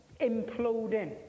imploding